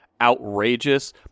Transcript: outrageous